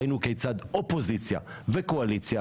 ראינו כיצד אופוזיציה וקואליציה,